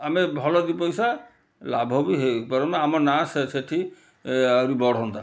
ଆମେ ଭଲ ଦୁଇ ପଇସା ଲାଭ ବି ହେଇପାର ଆମ ନାଁ ବି ସେ ସେଠି ଏ ଆହୁରି ବଢ଼ନ୍ତା